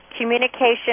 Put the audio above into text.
communication